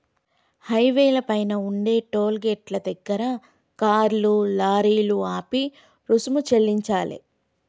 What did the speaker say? హైవేల పైన ఉండే టోలు గేటుల దగ్గర కార్లు, లారీలు ఆపి రుసుము చెల్లించాలే